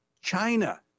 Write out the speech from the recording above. China